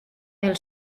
del